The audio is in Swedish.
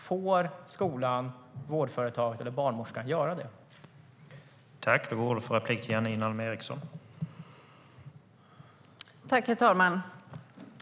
Får skolan, vårdföretaget eller barnmorskan göra det?